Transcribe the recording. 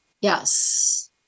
Yes